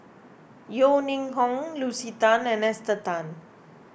Yeo Ning Hong Lucy Tan and Esther Tan